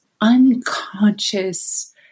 unconscious